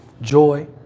joy